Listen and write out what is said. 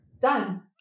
Done